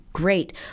Great